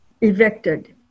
evicted